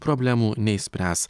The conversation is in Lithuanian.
problemų neišspręs